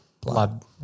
Blood